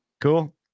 Cool